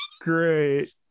Great